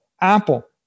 Apple